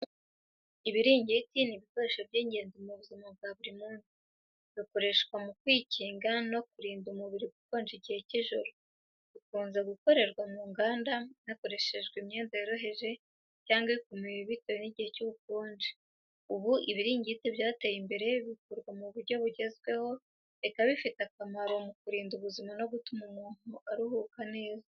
Ibiringiti ni ibikoresho by’ingenzi mu buzima bwa buri munsi, bikoreshwa mu kwikinga no kurinda umubiri gukonja igihe cy’ijoro. Bikunze gukorerwa mu nganda, hakoreshejwe imyenda yoroheje cyangwa ikomeye bitewe n’igihe cy’ubukonje. Ubu, ibiringiti byateye imbere bikorwa mu buryo bugezweho, bikaba bifite akamaro mu kurinda ubuzima no gutuma umuntu aruhuka neza.